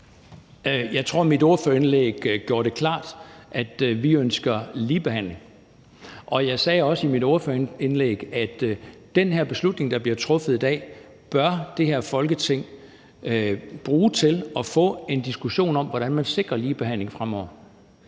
Jeg tror, at mit ordførerindlæg gjorde det klart, at vi ønsker ligebehandling. Og jeg sagde også i mit ordførerindlæg, at den her beslutning, der bliver truffet i dag, bør det her Folketing bruge til at få en diskussion om, hvordan man sikrer ligebehandling fremover.